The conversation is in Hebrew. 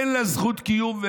אין לה זכות קיום,